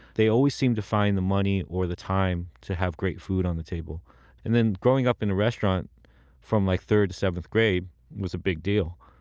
they always seemed to find the money or the time to have great food on the table and then, growing up in a restaurant from like third to seventh grade was a big deal.